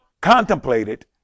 contemplated